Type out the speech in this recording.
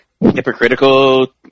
hypocritical